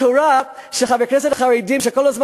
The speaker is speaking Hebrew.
התורה שחברי הכנסת החרדים כל הזמן